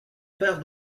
part